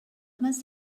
must